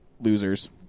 losers